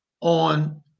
on